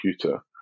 computer